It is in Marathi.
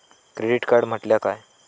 क्रेडिट कार्ड म्हटल्या काय?